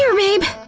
um babe!